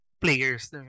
players